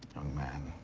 man.